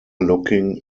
looking